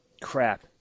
Crap